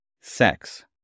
sex